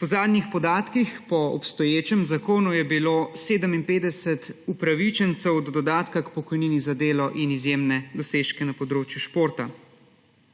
Po zadnjih podatkih po obstoječem zakonu je bilo 57 upravičencev do dodatka k pokojnini za delo in izjemne dosežke na področju športa.